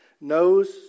knows